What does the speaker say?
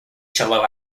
shiloh